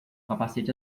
capacete